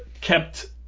Kept